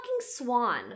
Swan